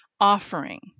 offering